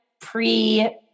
pre